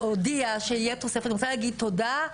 הוא הודיע שתהיה תוספת, אני רוצה להגיד תודה,